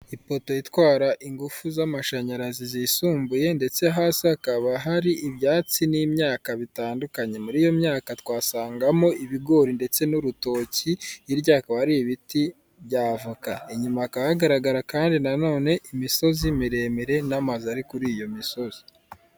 Aha ngaha turabona abantu babiri babagororwa cyangwa se bataraba bo, baba baje kuburanishwa kugira ngo bamenye niba ibyo baregwa ari byo, iyo bamaze gusanga aribyo barabahana bakabaha igihano gikwiranye n'ibyo bakoze.